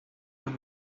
las